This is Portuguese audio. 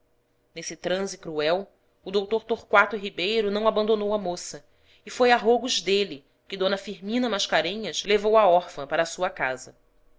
nesse transe cruel o dr torquato ribeiro não abandonou a moça e foi a rogos dele que d firmina mascarenhas levou a órfã para sua casa